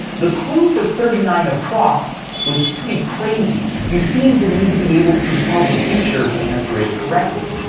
the clue for thirty nine across was pretty crazy. you seemed to need to be able to tell the future to answer it correctly.